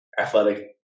athletic